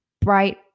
bright